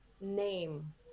name